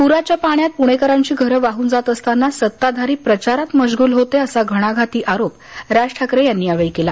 पूराच्या पाण्यात पुणेकरांची घरं वाहून जात असताना सत्ताधारी प्रचारात मश्गुल होते असा घणाघाती आरोप राज ठाकरे यांनी केली